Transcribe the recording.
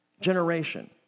generation